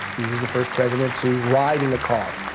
he was the first president to ride in a car.